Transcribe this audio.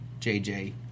JJ